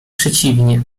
przeciwnie